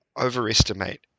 overestimate